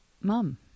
Mom